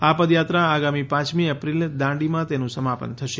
આ પદયાત્રા આગામી પાંચમી એપ્રિલ દાંડીમાં તેનું સમાપન થશે